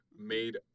made